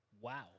Wow